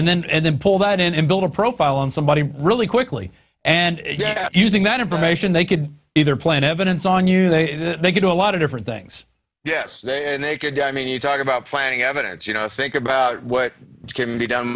and then and then pull that in and build a profile on somebody really quickly and using that information they could either plant evidence on you they make you know a lot of different things yes they and they could i mean you talk about planting evidence you know think about what can be done